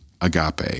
agape